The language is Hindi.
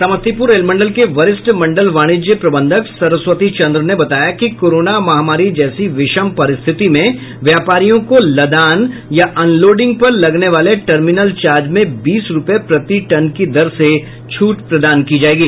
समस्तीपूर रेल मंडल के वरिष्ठ मंडल वाणिज्य प्रबंधक सरस्तवी चंद्र ने बताया कि कोरोना महामारी जैसी विषम परिस्थिति में व्यापारियों को लदान या अनलोडिंग पर लगने वाले टर्मिनल चार्ज में बीस रुपये प्रति टन की दर से छूट प्रदान की जायेगी